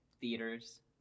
theaters